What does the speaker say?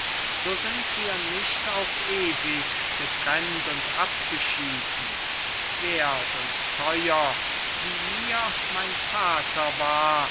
so sind wir nicht auf ewig getrennt und abgeschieden werth und theuer wie mir mein vater war